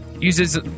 uses